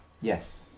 Yes